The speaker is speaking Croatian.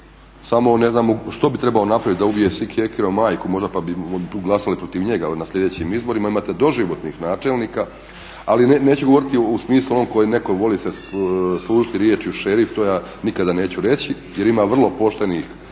samo ne znam što bi trebao napravit da ubije sjekirom majku možda pa bi glasali protiv njega na sljedećim izborima, imate doživotnih načelnika, ali neću govoriti u smislu onom koje netko voli se služiti riječju šerif, to ja nikada neću reći jer ima vrlo poštenih